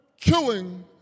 killing